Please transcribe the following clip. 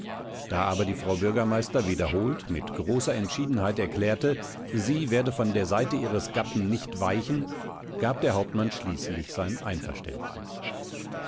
da aber die frau bürgermeister wiederholt mit großer entschiedenheit erklärte sie werde von der seite ihres gatten nicht weichen gab der hauptmann schließlich sein einverständnis